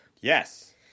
Yes